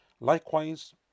Likewise